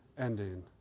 ending